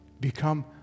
become